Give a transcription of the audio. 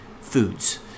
foods